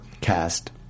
cast